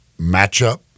matchup